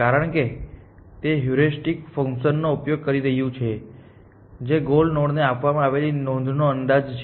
કારણ કે તે હ્યુરિસ્ટિક ફંક્શનનો ઉપયોગ કરી રહ્યું છે જે ગોલ નોડને આપવામાં આવેલી નોંધનો અંદાજ છે